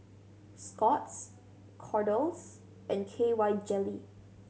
Scott's Kordel's and K Y Jelly